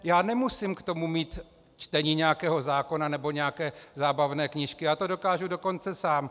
Já nemusím k tomu mít čtení nějakého zákona nebo nějaké zábavné knížky, já to dokážu dokonce sám.